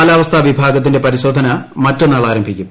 കാലാവസ്ഥാ വിഭാഗത്തിന്റെ പരിശോധന മറ്റന്നാൾ ആരംഭിക്കും